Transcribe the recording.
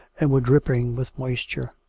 and were drip ping with moisture